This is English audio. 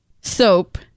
soap